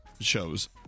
shows